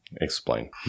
Explain